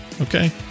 okay